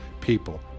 people